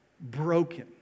broken